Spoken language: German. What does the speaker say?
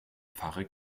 pfarre